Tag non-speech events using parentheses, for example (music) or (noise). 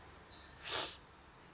(noise)